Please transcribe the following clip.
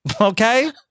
Okay